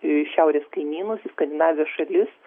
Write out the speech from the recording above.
į šiaurės kaimynus į skandinavijos šalis